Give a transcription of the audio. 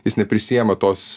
jis neprisiima tos